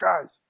guys